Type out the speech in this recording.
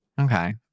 Okay